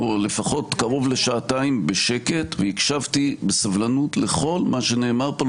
או לפחות קרוב לשעתיים בשקט והקשבתי בסבלנות לכל מה שנאמר פה,